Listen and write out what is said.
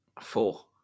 Four